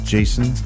Jason